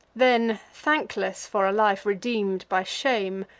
then, thankless for a life redeem'd by shame,